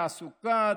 תעסוקה,